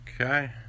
Okay